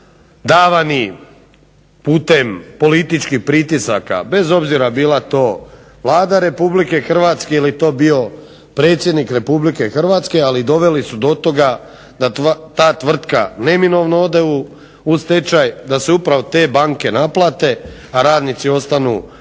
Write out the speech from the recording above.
davani putem političkih pritisaka bez obzira bila to Vlada Republike Hrvatske ili to bio predsjednik Republike Hrvatske ali doveli su do toga da ta tvrtka neminovno ode u stečaj, da se upravo te banke naplate, a radnici ostanu suhih